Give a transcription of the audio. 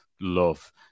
love